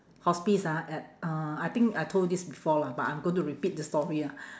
hospice ah at uh I think I told you this before lah but I'm gonna repeat the story ah